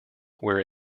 where